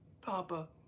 Papa